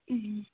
ಹ್ಞೂ